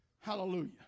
Hallelujah